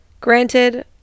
Granted